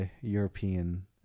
European